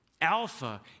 Alpha